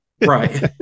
Right